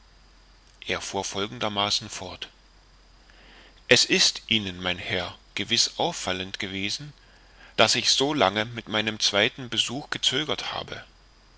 er fuhr folgendermaßen fort es ist ihnen mein herr gewiß auffallend gewesen daß ich so lange mit meinem zweiten besuch gezögert habe